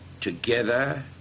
together